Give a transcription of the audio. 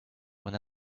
when